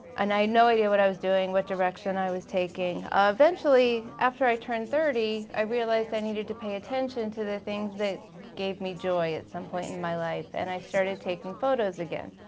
and i had no idea what i was doing, what direction i was taking. um eventually, after i turned thirty, i realized i needed to pay attention to the things that gave me joy at some point in my life and i started taking photos again.